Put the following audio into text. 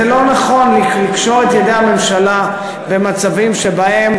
לכן זה לא נכון לקשור את ידי הממשלה במצבים שבהם,